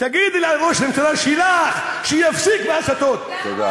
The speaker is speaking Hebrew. תגידי לראש הממשלה שלך שיפסיק את ההסתות, תודה.